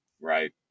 Right